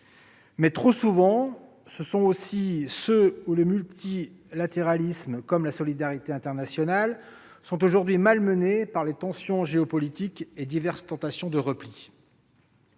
trop souvent, ce sont aussi ceux où le multilatéralisme comme la solidarité internationale sont aujourd'hui malmenés par les tensions géopolitiques et par diverses tentations de repli.